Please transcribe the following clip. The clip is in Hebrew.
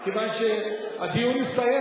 כיוון שהדיון הסתיים,